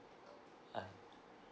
uh